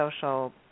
social